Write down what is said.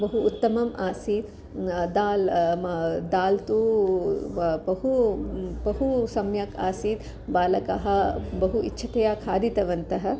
बहु उत्तमम् आसीत् दाल् दाल् तु बहु बहु सम्यक् आसीत् बालकाः बहु इच्छया खादितवन्तः